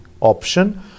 option